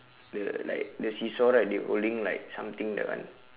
the like the seesaw right they holding like something that one